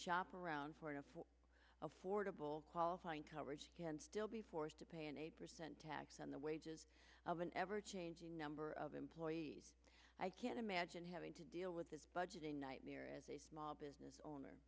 shop around for a full of fordable qualifying coverage can still be forced to pay an eight percent tax on the wages of an ever changing number of employees i can imagine having to deal with this budget a nightmare as a small business owner